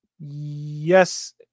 Yes